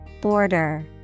Border